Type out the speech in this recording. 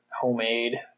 homemade